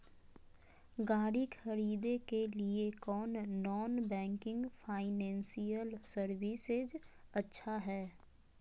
गाड़ी खरीदे के लिए कौन नॉन बैंकिंग फाइनेंशियल सर्विसेज अच्छा है?